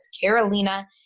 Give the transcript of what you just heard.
Carolina